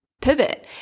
pivot